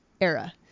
era